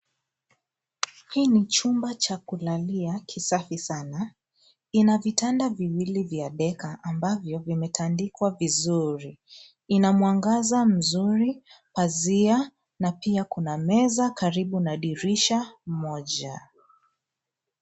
Hii ni chumba cha kulalia kisafi sana, ina vitanda viwili vya decker , ambavyo vimetandikwa vizuri. Ina mwangaza mzuri, pazia, na pia kuna meza karibu na dirisha moja.